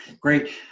Great